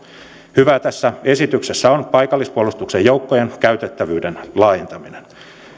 hyvää tässä esityksessä on paikallispuolustuksen joukkojen käytettävyyden laajentaminen